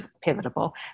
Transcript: pivotal